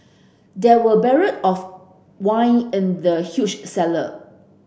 there were barrel of wine in the huge cellar